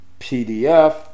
PDF